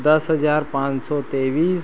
दस हज़ार पाँच सौ तेईस